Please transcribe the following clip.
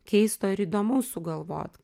keisto ir įdomaus sugalvot